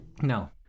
No